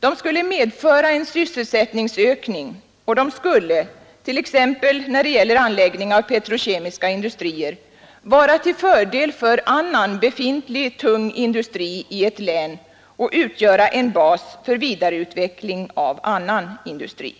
De skulle medföra en sysselsättningsökning och de skulle, t.ex. när det gäller anläggning av petrokemiska industrier, vara till fördel för annan befintlig tung industri i ett län och utgöra en bas för vidareutveckling av annan industri.